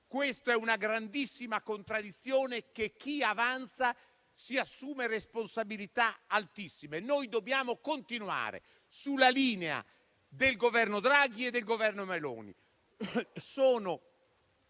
Questa è una grandissima contraddizione e chi la avanza si assume responsabilità altissime. Noi dobbiamo continuare sulla linea del Governo Draghi e del Governo Meloni,